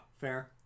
Fair